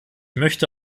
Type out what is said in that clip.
möchte